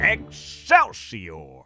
Excelsior